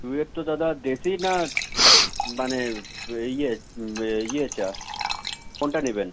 ফুলের তো দাদা বেশি না মানে ইয়ে ইয়েটা কোনটা নিবেন